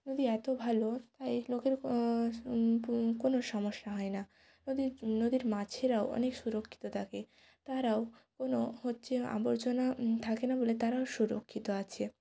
নদী এতো ভালো তাই লোকের পু কোনো সমস্যা হয় না নদীর নদীর মাছেরাও অনেক সুরক্ষিত থাকে তারাও কোনো হচ্ছে আবর্জনা থাকে না বলে তারাও সুরক্ষিত আছে